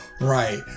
right